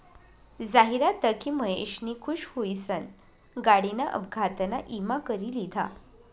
जाहिरात दखी महेशनी खुश हुईसन गाडीना अपघातना ईमा करी लिधा